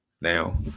Now